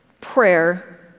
Prayer